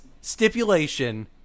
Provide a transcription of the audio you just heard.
stipulation